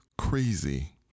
crazy